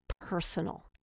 personal